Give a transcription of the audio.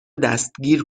دستگیر